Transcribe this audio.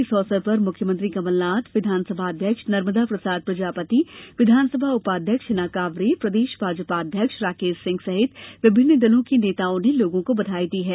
इस अवसर पर मुख्यमंत्री कमलनाथ विधानसभा अध्यक्ष नर्मदा प्रसाद प्रजापति विधानसभा उपाध्यक्ष हिना कांवरे प्रदेश भाजपा अध्यक्ष राकेश सिंह सहित विभिन्न दलों के नेताओं ने लोगों को बधाई दी है